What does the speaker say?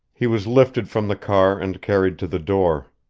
he was lifted from the car and carried to the door.